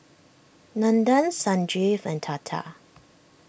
Nandan Sanjeev and Tata